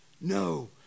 No